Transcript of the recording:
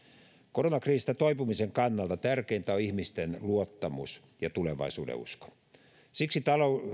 koronakriisistä toipumisen kannalta tärkeintä on ihmisten luottamus ja tulevaisuudenusko siksi